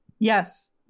Yes